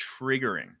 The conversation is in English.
triggering